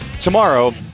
tomorrow